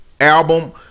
album